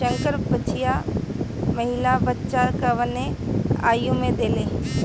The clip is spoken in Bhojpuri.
संकर बछिया पहिला बच्चा कवने आयु में देले?